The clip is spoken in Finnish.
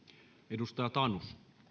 arvoisa herra